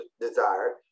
desire